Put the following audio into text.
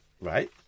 Right